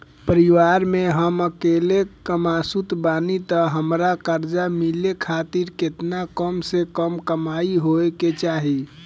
परिवार में हम अकेले कमासुत बानी त हमरा कर्जा मिले खातिर केतना कम से कम कमाई होए के चाही?